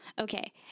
okay